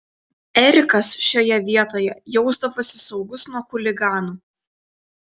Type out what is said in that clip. erikas šioje vietoje jausdavosi saugus nuo chuliganų